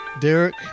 Derek